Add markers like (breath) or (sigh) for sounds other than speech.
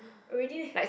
already (breath)